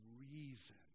reason